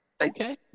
Okay